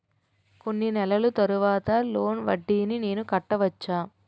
కొన్ని నెలల తర్వాత లోన్ వడ్డీని నేను కట్టవచ్చా?